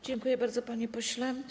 Dziękuję bardzo, panie pośle.